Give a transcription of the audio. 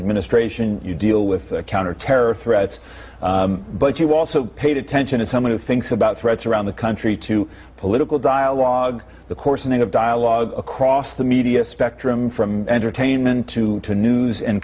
ministration you deal with counter terror threats but you also paid attention as someone who thinks about threats around the country to political dialogue the coarsening of dialogue across the media spectrum from entertainment to the news and